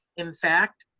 in fact,